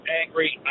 angry